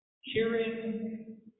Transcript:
hearing